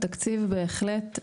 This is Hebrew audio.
בהחלט.